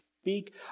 speak